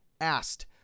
asked